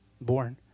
born